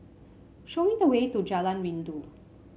show me the way to Jalan Rindu